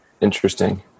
Interesting